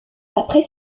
après